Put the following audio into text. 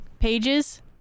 pages